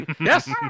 yes